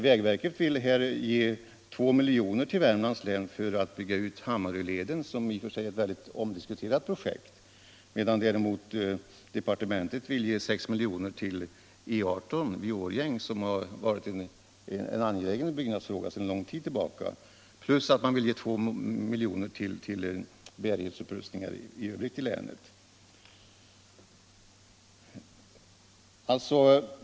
Vägverket vill ge 2 miljoner till Värmlands län för att bygga ut Hammaröleden, som är ett mycket omdiskuterat projekt, medan departementet vill ge 6 miljoner till E 18 vid Årjäng; det är ett projekt som betraktats som angeläget sedan lång tid tillbaka. Därutöver vill man ge 2 miljoner till bärighetsupprustningar i länet för övrigt.